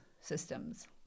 systems